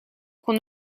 qu’on